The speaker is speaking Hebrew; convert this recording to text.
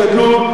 אתה יודע,